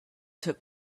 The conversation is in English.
took